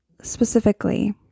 specifically